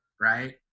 right